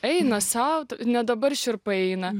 eina sau tai net dabar šiurpai eina